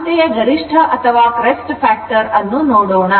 ಅಂತೆಯೇ ಗರಿಷ್ಠ ಅಥವಾ crest factor ಅನ್ನು ನೋಡೋಣ